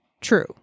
true